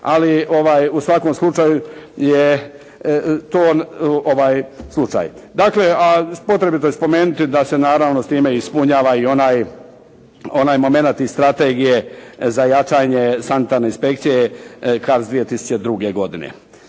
ali u svakom slučaju je to slučaj. Dakle, a potrebito je spomenuti da se naravno s time ispunjava i onaj momenat iz strategije za jačanje sanitarne inspekcije CARDS 2002. godine.